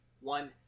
one